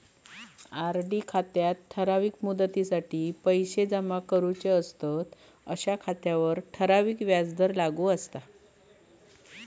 RD खात्यात ठराविक मुदतीसाठी पैशे जमा करूचे असतंत अशा खात्यांवर ठराविक व्याजदर लागू असता